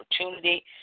opportunity